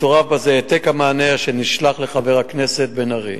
מצ"ב העתק המענה אשר נשלח לחבר הכנסת בן-ארי.